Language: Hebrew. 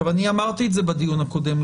אני אמרתי את זה בדיון הקודם.